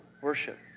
worship